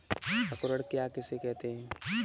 अंकुरण क्रिया किसे कहते हैं?